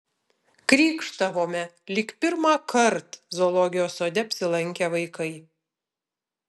krykštavome lyg pirmąkart zoologijos sode apsilankę vaikai